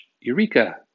Eureka